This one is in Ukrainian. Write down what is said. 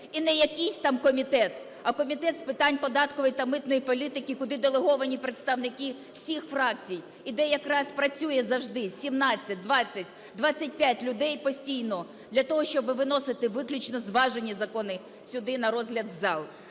І не якийсь там комітет, а Комітет з питань податкової та митної політики, куди делеговані представники всіх фракцій і де якраз працює завжди 17, 20, 25 людей постійно для того, щоб виносити виключно зважені закони сюди на розгляд в зал.